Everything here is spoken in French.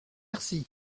merci